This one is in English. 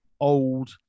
old